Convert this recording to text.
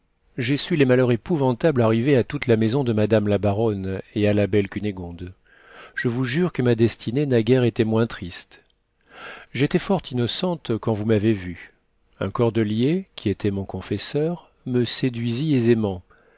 j'ai su les malheurs épouvantables arrivés à toute la maison de madame la baronne et à la belle cunégonde je vous jure que ma destinée n'a guère été moins triste j'étais fort innocente quand vous m'avez vue un cordelier qui était mon confesseur me séduisit aisément